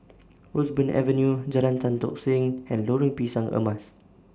Roseburn Avenue Jalan Tan Tock Seng and Lorong Pisang Emas